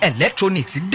Electronics